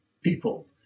people